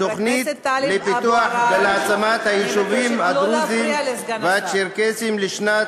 תוכנית לפיתוח ולהעצמת היישובים הדרוזיים והצ׳רקסיים לשנים